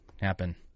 happen